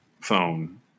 phone